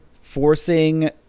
forcing